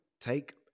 Take